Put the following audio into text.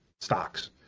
stocks